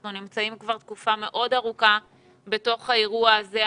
אנחנו נמצאים כבר תקופה מאוד ארוכה בתוך האירוע הזה,